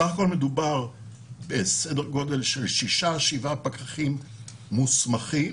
בסך הכול מדובר בשישה-שבעה פקחים מוסמכים,